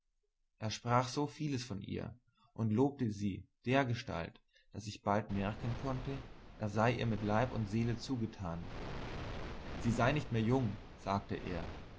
er sprach so vieles von ihr und lobte sie dergestalt daß ich bald merken konnte er sei ihr mit leib und seele zugetan sie sei nicht mehr jung sagte er